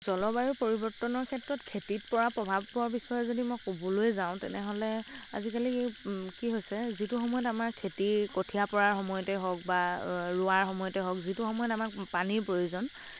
জলবায়ুৰ পৰিৱৰ্তনৰ ক্ষেত্ৰত খেতিত পৰা প্ৰভাৱৰ বিষয়ে যদি মই ক'বলৈ যাওঁ তেনেহ'লে আজিকালি কি হৈছে যিটো সময়ত আমাৰ খেতি কঠিয়া পৰাৰ সময়তে হওঁক বা ৰোৱাৰ সময়তে হওঁক যিটো সময়ত আমাৰ পানীৰ প্ৰয়োজন